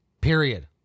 Period